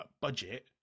budget